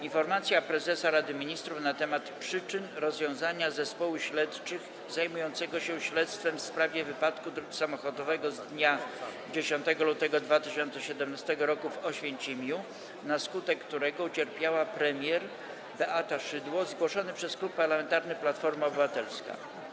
Informacja prezesa Rady Ministrów na temat przyczyn rozwiązania zespołu śledczych zajmującego się śledztwem w sprawie wypadku samochodowego z dnia 10 lutego 2017 r. w Oświęcimiu, na skutek którego ucierpiała premier Beata Szydło - zgłoszony przez Klub Parlamentarny Platforma Obywatelska.